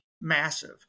massive